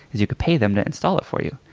you could pay them to install it for you.